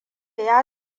ya